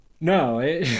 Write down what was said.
No